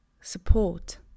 support